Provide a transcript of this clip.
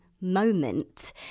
moment